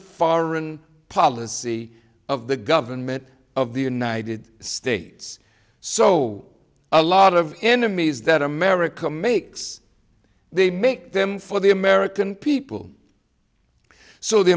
foreign policy of the government of the united states so a lot of enemies that america makes they make them for the american people so the